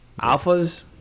Alphas